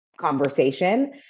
conversation